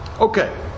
Okay